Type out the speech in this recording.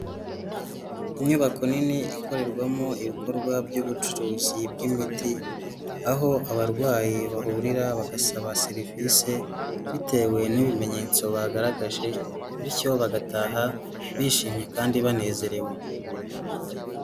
Inyubako nini ikorerwamo ibikorwa by'ubucuruzi bw'imiti, aho abarwayi bahurira bagasaba serivise, bitewe n'ibimenyetso bagaragaje, bityo bagataha bishimye kandi banezerewe.